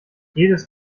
jedes